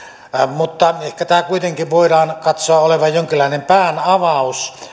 mutta ehkä tämän kuitenkin voidaan katsoa olevan jonkinlainen päänavaus